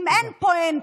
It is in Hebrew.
אם אין פואנטה